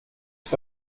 für